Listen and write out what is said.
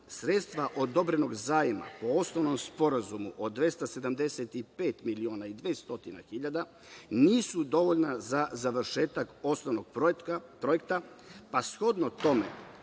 sredstva odobrenog zajma, po osnovnom sporazumu od 275 miliona i 200 hiljada, nisu dovoljna za završetak osnovnog projekta, pa shodno tome,